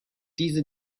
diese